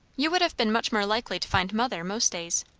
you would have been much more likely to find mother, most days.